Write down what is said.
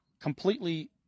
completely